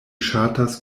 ŝatas